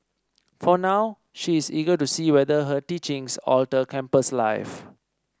for now she is eager to see whether her teachings alter campus life